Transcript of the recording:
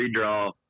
redraw